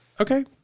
Okay